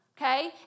okay